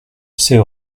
c’est